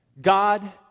God